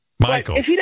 Michael